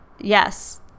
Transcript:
yes